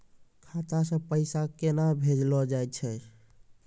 खाता से पैसा केना भेजलो जाय छै?